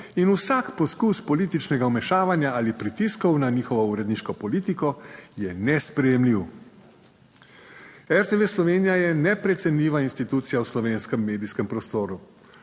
in vsak poskus političnega vmešavanja ali pritiskov na njihovo uredniško politiko je nesprejemljiv. RTV Slovenija je neprecenljiva institucija v slovenskem medijskem prostoru.